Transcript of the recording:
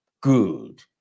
good